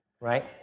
right